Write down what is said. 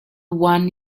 one